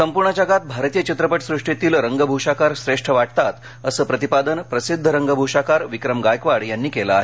संपूर्ण जगात भारतीय चित्रपट सृष्टीतील रंगभूषाकार श्रेष्ठ वाटतात असं प्रतिपादन प्रसिद्ध रंगभूषाकार विक्रम गायकवाड यांनी केलं आहे